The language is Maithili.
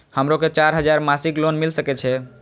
हमरो के चार हजार मासिक लोन मिल सके छे?